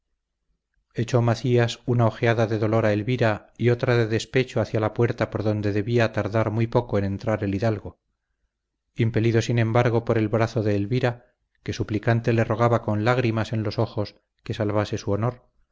echó macías una ojeada de dolor a elvira y otra de despecho hacia la puerta por donde debía tardar muy poco en entrar el hidalgo impelido sin embargo por el brazo de elvira que suplicante le rogaba con lágrimas en los ojos que salvase su honor